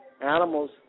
Animals